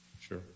Sure